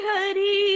Hari